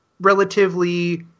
relatively